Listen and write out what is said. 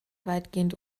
weitgehend